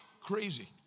crazy